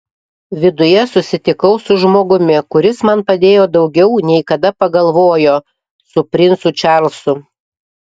viduje susitikau su žmogumi kuris man padėjo daugiau nei kada pagalvojo su princu čarlzu